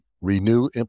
renew